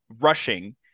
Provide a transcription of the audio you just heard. rushing